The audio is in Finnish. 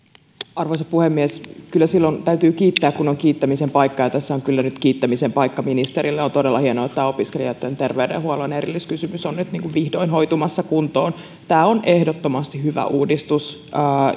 arvoisa puhemies kyllä silloin täytyy kiittää kun on kiittämisen paikka ja tässä on kyllä nyt kiittämisen paikka ministerille on todella hienoa että tämä opiskelijoitten terveydenhuollon erilliskysymys on nyt vihdoin hoitumassa kuntoon tämä on ehdottomasti hyvä uudistus